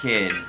Kid